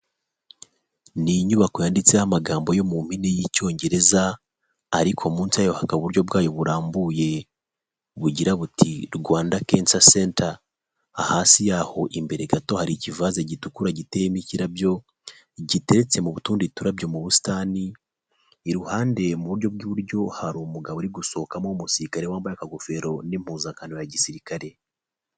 Ni inyubako yanditseho amagambo yo mu mpine y'icyongereza ariko munsi yayo hakaba uburyo bwayo burambuye bugira buti,: " Rwanda cancer center.'' Hasi yaho imbere gato hari ikivaze gitukura giteyemo ikirabyo, gitetse mu tundi turabyo mu busitani, iruhande mu buryo bw'iburyo hari umugabo uri gusohokamo w'umusirikare wambaye aka gofero n'impuzankano ya gisirikare.